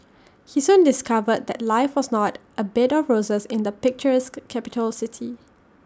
he soon discovered that life was not A bed of roses in the picturesque capital city